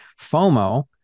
FOMO